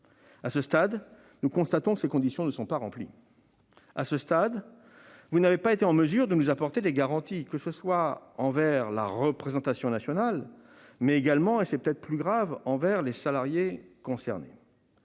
À ce stade, nous constatons que ces conditions ne sont pas remplies. À ce stade, vous n'avez pas été en mesure d'apporter des garanties à la représentation nationale, pas plus- c'est peut-être plus grave -qu'aux salariés concernés.